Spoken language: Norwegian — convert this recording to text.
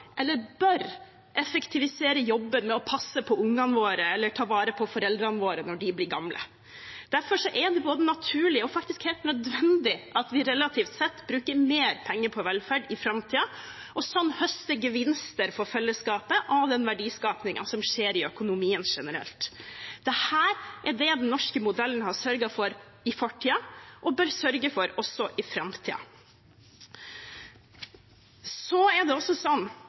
eller bør effektivisere jobben med å passe på ungene våre eller ta vare på foreldrene våre når de blir gamle. Derfor er det både naturlig og faktisk helt nødvendig at vi relativt sett bruker mer penger på velferd i framtiden, og sånn høster gevinster for fellesskapet av den verdiskapingen som skjer i økonomien generelt. Dette er det den norske modellen har sørget for i fortiden og bør sørge for også i framtiden. Så er det også sånn